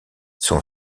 son